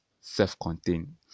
self-contained